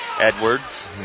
Edwards